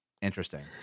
Interesting